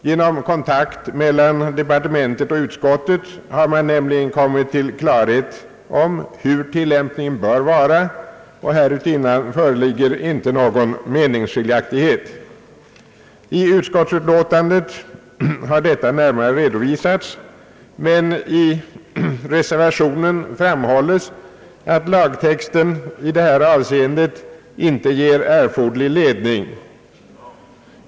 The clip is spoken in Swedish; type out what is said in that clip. Genom kontakt mellan departementet och utskottet har man nämligen kommit till klarhet om hur tillämpningen bör vara, och härutinnan föreligger inte någon meningsskiljaktighet. I utskottsutlåtandet har detta närmare redovisats, men i reservationen framhålles att lagtexten i detta avseende inte ger erforderlig ledning.